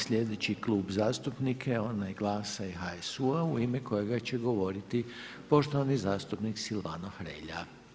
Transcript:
Sljedeći Klub zastupnika je onaj GLAS-a i HSU-u u ime kojega će govoriti poštovani zastupnik Silvano Hrelja.